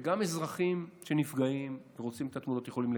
וגם אזרחים שנפגעים ורוצים את התמונות יכולים.